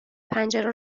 پنجره